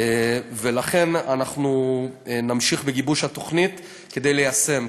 ולכן אנחנו נמשיך בגיבוש התוכנית כדי ליישם.